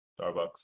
Starbucks